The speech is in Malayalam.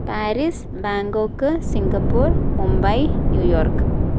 Paris Bangkok Singapore Mumbai New York